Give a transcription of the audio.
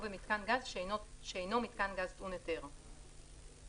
או במיתקן גז שאינו מיתקן גז טעון היתר; (4א)